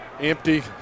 Empty